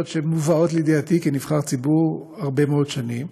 שמובאות לידיעתי כנבחר ציבור הרבה מאוד שנים,